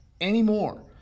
anymore